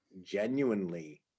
genuinely